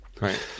Right